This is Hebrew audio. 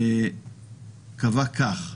והוא קבע כך: